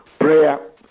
Prayer